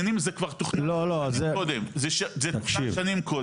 זה לא מתכננים, זה כבר תוכנן כמה שנים קודם.